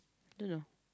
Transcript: no no